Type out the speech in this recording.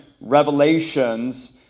revelations